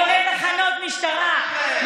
מי בונה תחנות משטרה,